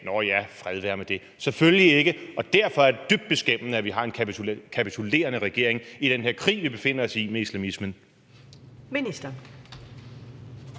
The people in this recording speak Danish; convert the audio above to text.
Nåh ja, fred være med det? Selvfølgelig ikke, og derfor er det dybt beskæmmende, at vi har en kapitulerede regering i den her krig med islamismen,